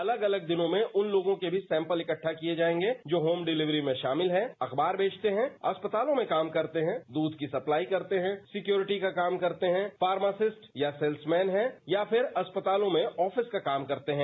अलग अलग दिनों में उन लोगों के भी सैंपल इकट्ठा किए जाएंगे जो होम डिलीवरी में शामिल हैं अखबार बेचते हैं अस्पतालों में काम करते हैं दूध की सप्लाई करते हैं सिक्योरिटी का काम करते हैं फार्मासिस्ट या सेल्समैन हैं या फिर अस्पतालों में ऑफिस का काम करते हैं